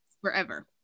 forever